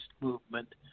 movement